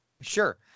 Sure